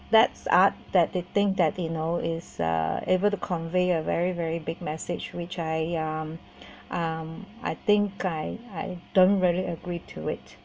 that's art that they think that they know is uh able to convey a very very big message which I'm um I think I I don't really agree to it